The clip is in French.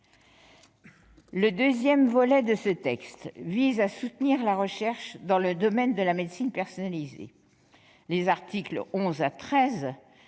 Le deuxième volet de ce texte vise à soutenir la recherche dans le domaine de la médecine personnalisée. Les articles 11 à 13